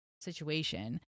situation